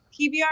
PBR